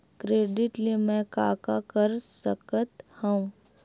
Credit ले मैं का का कर सकत हंव?